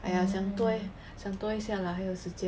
!aiya! 想多想多一下 lah 还有时间